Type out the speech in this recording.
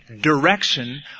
direction